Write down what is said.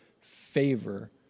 favor